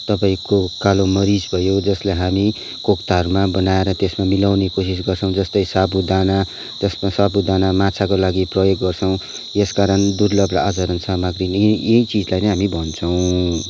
तपाईँको कालो मरिच भयो जसलाई हामी कोक्ताहरूमा बनाएर त्यसलाई मिलाउने कोसिस गर्छौं जस्तै साबुदाना जसमा साबुदाना माछाको लागि प्रयोग गर्छौँ यसकारण दुर्लभ र असाधारण सामग्री नै यी चिजलाई नै हामी भन्छौँ